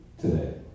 today